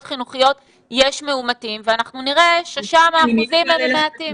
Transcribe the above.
חינוכיות יש מאומתים ואנחנו נראה ששם האחוזים הם מעטים.